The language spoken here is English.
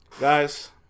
Guys